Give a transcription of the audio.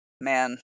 Man